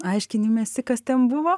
aiškinimesi kas ten buvo